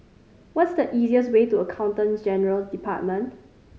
what is the easiest way to Accountant General's Department